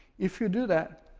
if you do that,